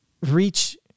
reach